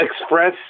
express